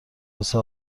واسه